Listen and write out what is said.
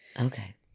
Okay